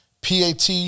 PAT